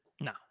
No